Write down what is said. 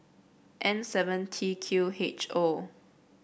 N seven T Q H O